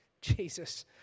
Jesus